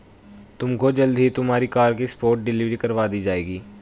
तुमको जल्द ही तुम्हारी कार की स्पॉट डिलीवरी करवा दी जाएगी